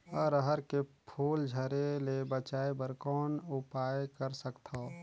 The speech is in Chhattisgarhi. अरहर के फूल झरे ले बचाय बर कौन उपाय कर सकथव?